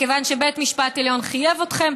מכיוון שבית המשפט העליון חייב אתכם.